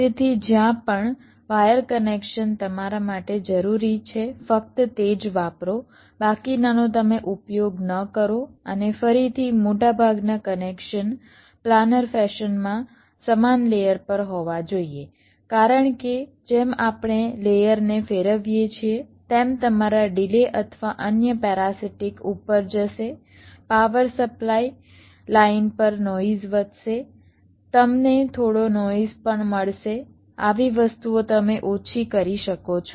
તેથી જ્યાં પણ વાયર કનેક્શન તમારા માટે જરૂરી છે ફક્ત તે જ વાપરો બાકીનાનો તમે ઉપયોગ ન કરો અને ફરીથી મોટાભાગના કનેક્શન પ્લાનર ફેશન માં સમાન લેયર પર હોવા જોઈએ કારણ કે જેમ આપણે લેયરને ફેરવીએ છીએ તેમ તમારા ડિલે અથવા અન્ય પેરાસિટિક ઉપર જશે પાવર સપ્લાય લાઇન પર નોઇઝ વધશે તમને થોડો નોઇઝ પણ મળશે આવી વસ્તુઓ તમે ઓછી કરી શકો છો